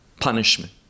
punishment